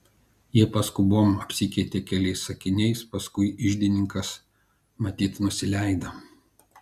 jie paskubom apsikeitė keliais sakiniais paskui iždininkas matyt nusileido